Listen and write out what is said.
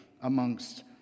amongst